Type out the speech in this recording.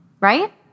Right